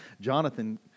Jonathan